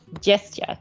gesture